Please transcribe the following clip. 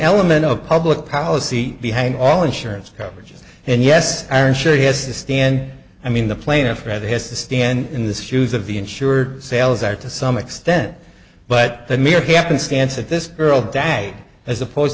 element of public policy behind all insurance coverage and yes i am sure he has to stand i mean the plaintiff rather his to stand in the shoes of the insured sales are to some extent but the mere happenstance that this girl dad as opposed